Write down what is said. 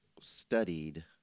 studied